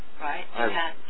right